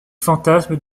fantasmes